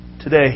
today